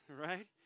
Right